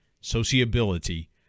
sociability